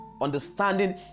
Understanding